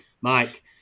Mike